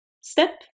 step